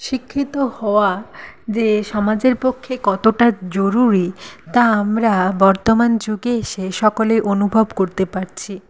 শিক্ষিত হওয়া যে সমাজের পক্ষে কতটা জরুরি তা আমরা বর্তমান যুগে এসে সকলে অনুভব করতে পারছি